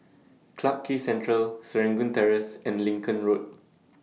Clarke Quay Central Serangoon Terrace and Lincoln Road